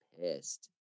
pissed